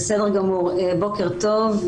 בוקר טוב.